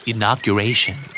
Inauguration